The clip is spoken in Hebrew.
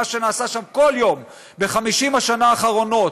ומה שנעשה שם כל יום ב-50 השנה האחרונות,